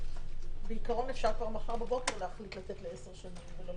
בעיקרון אפשר מחר בבוקר להחליט לצאת לעשר שנים.